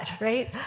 right